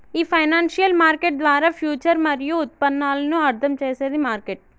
ఈ financial market ద్వారా future మరియు ఉత్పన్నాలను అర్థం చేసేది మార్కెట్